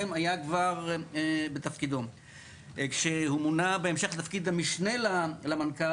היה כבר בתפקידו כשהוא מונה בהמשך לתפקיד המשנה למנכ"ל